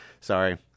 sorry